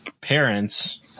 parents